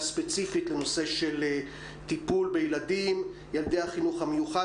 ספציפית לנושא של טיפול בילדי החינוך המיוחד,